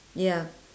ya